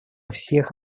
всех